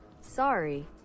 Sorry